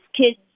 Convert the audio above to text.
kids